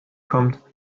kommt